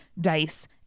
dice